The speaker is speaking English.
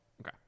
Okay